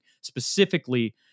specifically